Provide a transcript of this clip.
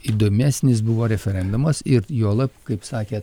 įdomesnis buvo referendumas ir juolab kaip sakė